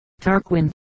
Tarquin